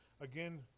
again